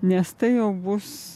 nes tai jau bus